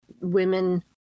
women